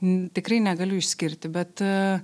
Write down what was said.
tikrai negaliu išskirti bet